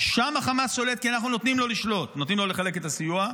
שם החמאס שולט כי אנחנו נותנים לו לשלוט: נותנים לו לחלק את הסיוע,